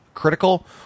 critical